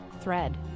thread